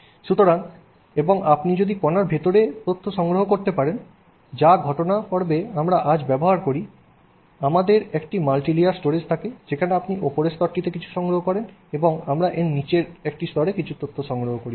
সুতরাং এবং আপনি যদি কণার ভিতরে তথ্য সংরক্ষণ করতে পারেন যা ঘটনা পর্বে আমরা আজ ব্যবহার করি আমাদের একটি মাল্টিলেয়ার স্টোরেজ থাকে যেখানে আপনি উপরের স্তরটিতে কিছু তথ্য সংগ্রহ করেন এবং আমরা এর নীচের একটি স্তরে কিছু তথ্য সংগ্রহ করি